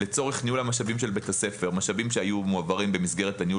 לצורך ניהול המשאבים של בית הספר.